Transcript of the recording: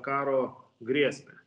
karo grėsmę